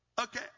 okay